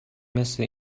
مثل